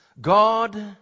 God